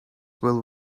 will